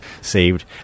saved